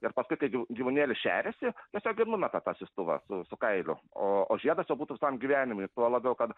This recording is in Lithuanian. ir paskui kai jau gyvūnėlis šeriasi tiesiog ir numeta tą siųstuvą su su kailiu o o žiedas jau būtų visam gyvenimui tuo labiau kad